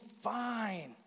fine